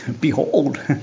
Behold